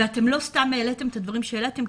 ולא סתם העליתם את הדברים שהעליתם,